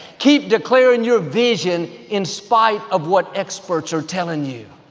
keep declaring your vision in spite of what experts are telling you.